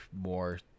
more